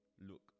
Look